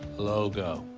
logo.